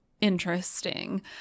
interesting